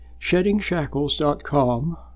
sheddingshackles.com